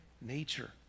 nature